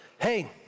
hey